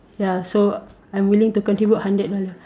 ya so I'm willing to contribute hundred dollar